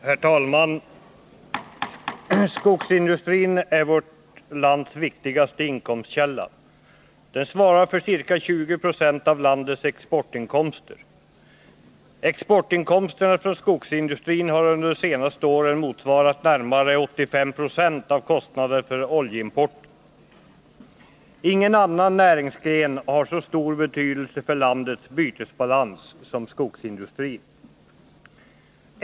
Herr talman! Skogsindustrin är vårt lands viktigaste inkomstkälla. Den svarar för ca 20 20 av landets exportinkomster. Exportinkomsterna från skogsindustrin har under de senaste åren motsvarat närmare 85 96 av kostnaderna för oljeimporten. Ingen annan näringsgren har så stor betydelse för landets bytesbalans som skogsindustrin.